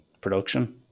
Production